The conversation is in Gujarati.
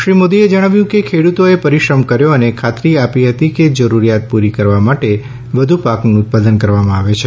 શ્રી મોદીએ જણાવ્યું કે ખેડુતોએ પરિશ્રમ કર્યો અને ખાતરી આપી હતી કે જરૂરિયાત પૂરી કરવા માટે વધુ પાકનું ઉત્પાદન કરવામાં આવે છે